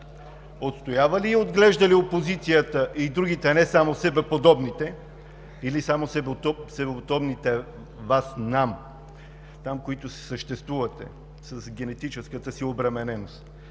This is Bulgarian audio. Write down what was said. отстоява ли и отглежда ли опозицията, и другите – не само себеподобните, или само себеподобните Вас – нам, там които си съществувате, с генетическата си обремененост?